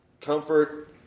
Comfort